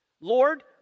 Lord